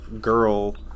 girl